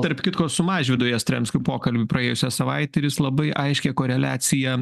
tarp kitko su mažvydu jastramskiu pokalbį praėjusią savaitę ir jis labai aiškią koreliaciją